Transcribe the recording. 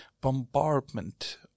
bombardment